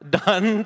done